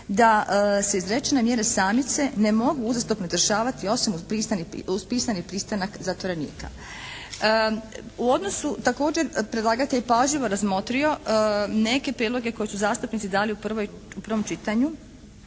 da se izrečene mjere samice ne mogu uzastopno …/Govornik se ne razumije./… osim uz pisani pristanak zatvorenika. U odnosu također predlagatelj je pažljivo razmotrio neke prijedloge koje su zastupnici dali u prvom čitanju